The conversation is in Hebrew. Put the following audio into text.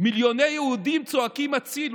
מיליוני יהודים צועקים הצילו.